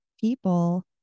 people